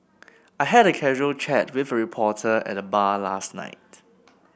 I had a casual chat with a reporter at the bar last night